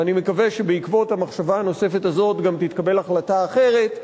ואני מקווה שבעקבות המחשבה הנוספת הזאת גם תתקבל החלטה אחרת.